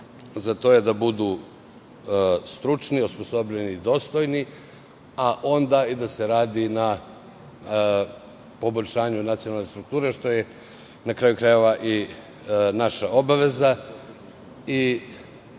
za to je da budu stručni, osposobljeni i dostojni, a onda da se radi na poboljšanju nacionalne strukture, što je, na kraju krajeva, naša obaveza.